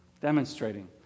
Demonstrating